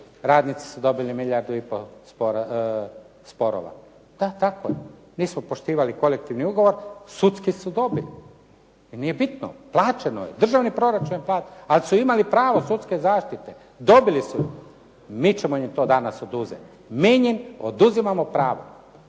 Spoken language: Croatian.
radnici su dobili milijardu i pol sporova. Da, tako je. Mi smo poštivali kolektivni ugovor, sudski su dobili. I nije bitno, plaćeno je. Državni proračun je platio. Ali su imali pravo sudske zaštite, dobili su. Mi ćemo im to danas oduzeti. Mi im oduzimamo pravo.